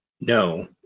No